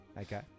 okay